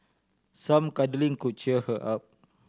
some cuddling could cheer her up